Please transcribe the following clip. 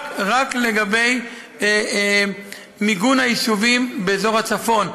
לגבי מיגון היישובים באזור הצפון,